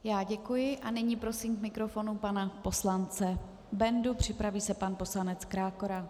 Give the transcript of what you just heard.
Já děkuji a nyní prosím k mikrofonu pana poslance Bendu, připraví se pan poslanec Krákora.